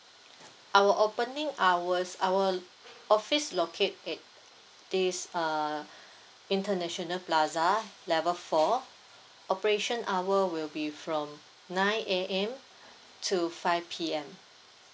our opening hours our office locate at this err international plaza level four operation hour will be from night A_M to five P_M